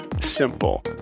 Simple